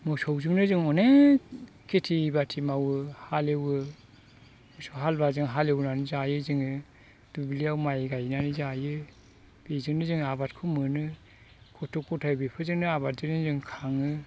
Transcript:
मोसौजोंनो जों अनेख खेथि बाथि मावो हालएवो मोसौ हालुवाजों हालएवनानै जायो जोङो दुब्लियाव माइ गायनानै जायो बेजोंनो जोङो आबादखौ मोनो गथ' गथाय बेफोरजोंनो आबादजोंनो जों खाङो